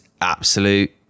absolute